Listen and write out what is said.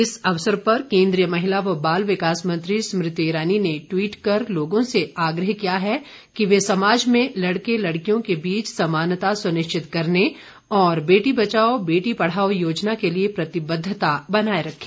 इस अवसर पर केन्द्रीय महिला व बाल विकास मंत्री स्मृति ईरानी ने ट्वीट कर लोगों से आग्रह किया है कि वे समाज में लड़के लड़कियों के बीच समानता सुनिश्चितकरने और बेटी बचाओ बेटी पढ़ाओ योजना के लिए प्रतिबद्धता बनाये रखें